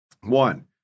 One